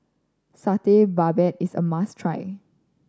Satay Babat is a must try